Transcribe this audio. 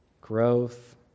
growth